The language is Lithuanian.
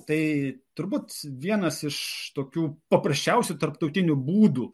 tai turbūt vienas iš tokių paprasčiausių tarptautinių būdų